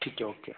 ठीक है ओके